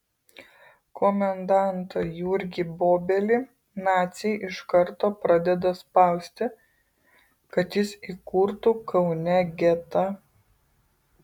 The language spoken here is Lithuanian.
komendantą jurgį bobelį naciai iš karto pradeda spausti kad jis įkurtų kaune getą